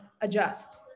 adjust